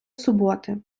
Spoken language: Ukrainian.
суботи